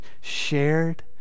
shared